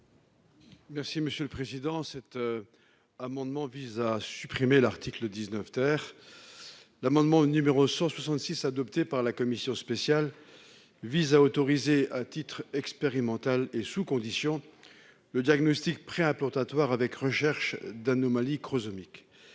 n° 68 rectifié. Cet amendement vise à supprimer l'article 19 t L'amendement COM-166 adopté par la commission spéciale autorise, à titre expérimental et sous conditions, le diagnostic préimplantatoire avec recherche d'anomalies chromosomiques.